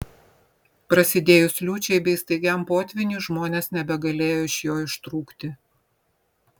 prasidėjus liūčiai bei staigiam potvyniui žmonės nebegalėjo iš jo ištrūkti